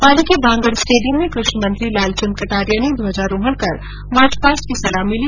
पाली के बांगड स्टेडियम में कृषि मंत्री लालचन्द कटारिया ने ध्वजारोहण कर मार्चपास्ट की सलामी ली